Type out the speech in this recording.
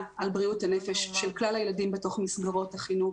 על בריאות הנפש של כלל הילדים בתך מסגרות החינוך,